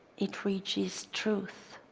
it reaches truth.